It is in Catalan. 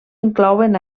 inclouen